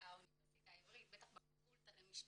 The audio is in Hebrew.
האוניברסיטה העברית, בטח בפקולטה למשפטים,